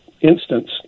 instance